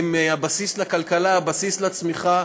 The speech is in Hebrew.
הם הבסיס לכלכלה, הבסיס לצמיחה.